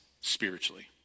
spiritually